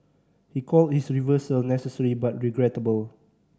he called his reversal necessary but regrettable